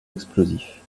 explosifs